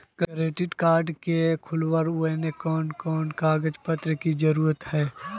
Credit card के खुलावेले कोन कोन कागज पत्र की जरूरत है?